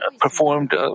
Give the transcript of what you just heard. performed